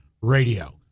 Radio